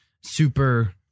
super